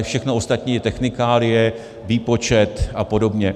Všechno ostatní je technikálie, výpočet apod.